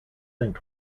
think